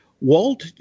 Walt